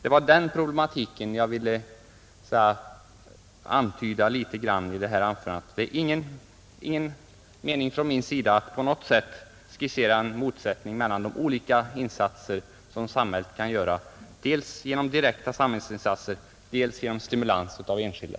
Det var den problematiken jag ville antyda litet i mitt anförande, Det är ingen mening från min sida att på något sätt skissera en motsättning mellan de olika insatser samhället kan göra, dels genom direkta samhällsinsatser, dels genom stimulans av enskilda.